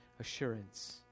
assurance